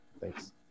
thanks